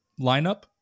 lineup